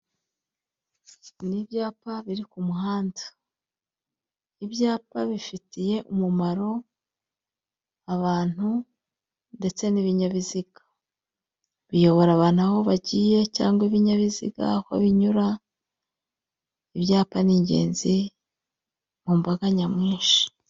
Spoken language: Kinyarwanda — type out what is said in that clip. N'ibyapa biri ku muhanda. Ibyapa bifitiye umumaro abantu ndetse n'ibinyabiziga. Biyobora abantu aho bagiye cyangwa ibinyabiziga aho binyura ibyapa ni ingenzi mu mbaga nyamwinshi.